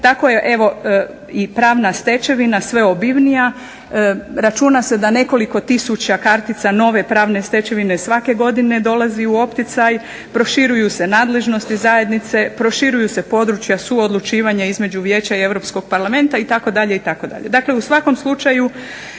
Tako je evo i pravna stečevina sve obimnija, računa se da nekoliko tisuća kartica nove pravne stečevine svake godine dolazi u opticaj, proširuju se nadležnosti zajednice, proširuju se područja suodlučivanja između Vijeća i Europskog parlamenta itd.,